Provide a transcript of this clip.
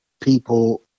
people